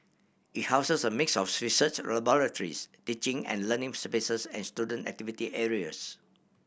it houses a mix of research laboratories teaching and learning spaces and student activity areas